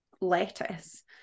lettuce